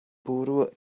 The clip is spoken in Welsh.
bwrw